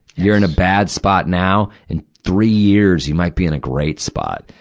you're in a bad spot now. in three years you might be in a great spot.